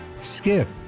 skip